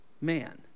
man